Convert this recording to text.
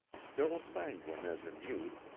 still sanguine as in youth,